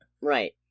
right